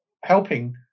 helping